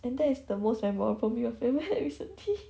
that is the most memorable meal I've ever had recently